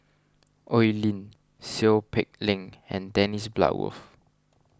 Oi Lin Seow Peck Leng and Dennis Bloodworth